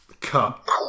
cut